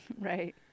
Right